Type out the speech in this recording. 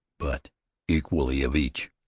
but equally of each.